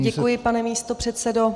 Děkuji, pane místopředsedo.